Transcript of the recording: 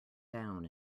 down